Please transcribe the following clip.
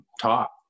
talk